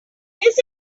his